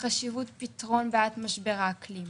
ובמתן חשיבות לפתרון בעיית משבר האקלים.